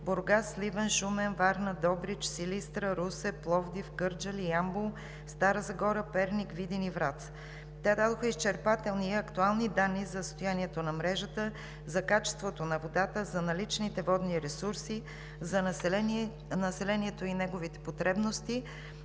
Бургас, Сливен, Шумен, Варна, Добрич, Силистра, Русе, Пловдив, Кърджали, Ямбол, Стара Загора, Перник, Видин и Враца. Те дадоха изчерпателни и актуални данни за състоянието на мрежата, за качеството на водата, за наличните водни ресурси, за населението и неговите потребности.